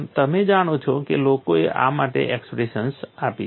તમે જાણો છો કે લોકોએ આ માટે એક્સપ્રેશન્સ આપી છે